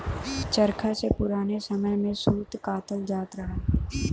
चरखा से पुराने समय में सूत कातल जात रहल